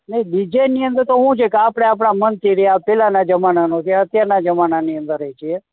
નહીં ડિઝાઇનની અંદર તો શું છે કે આપણે આપણાં મનથી રહ્યાં પહેલાંનાં જમાનાનો છે અત્યારના જમાનાની અંદર એ છે